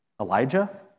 Elijah